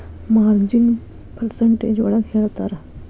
ಮಾರ್ಜಿನ್ನ percentage ಒಳಗ ಹೇಳ್ತರ